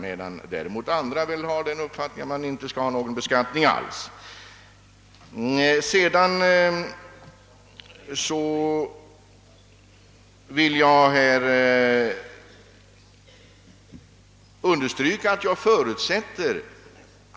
Det finns däremot andra som har den uppfattningen att man inte skall ha någon beskattning alls av dessa aktievärden.